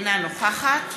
אינה נוכחת